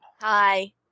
Hi